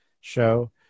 show